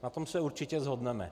Na tom se určitě shodneme.